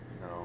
No